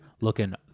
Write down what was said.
looking